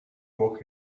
woke